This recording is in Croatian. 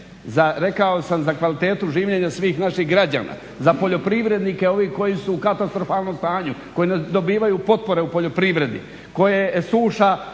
Rekao sam za kvalitetu življenja svih naših građana. Za poljoprivrednike ovi koji su u katastrofalnom stanju, koji ne dobivaju potpore u poljoprivredi, koje suša